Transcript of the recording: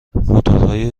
موتورهای